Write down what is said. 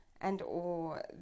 and/or